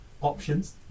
Options